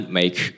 make